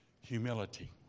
Humility